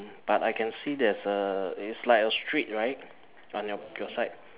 but I can see there's a it's like a street right on your your side